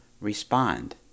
respond